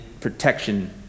protection